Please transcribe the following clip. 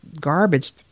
garbage